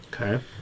Okay